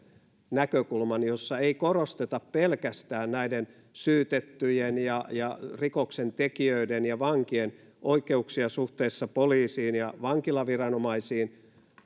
näkökulman jossa ei korosteta pelkästään syytettyjen ja ja rikoksentekijöiden ja vankien oikeuksia suhteessa poliisiin ja vankilaviranomaisiin